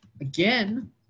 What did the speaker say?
again